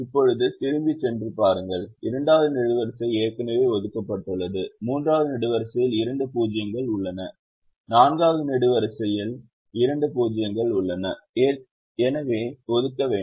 இப்போது திரும்பிச் சென்று பாருங்கள் இரண்டாவது நெடுவரிசை ஏற்கனவே ஒதுக்கப்பட்டுள்ளது 3 வது நெடுவரிசையில் இரண்டு 0 கள் உள்ளன 4 வது நெடுவரிசையில் இரண்டு 0 கள் உள்ளன எனவே ஒதுக்க வேண்டாம்